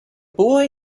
boy